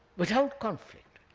without conflict.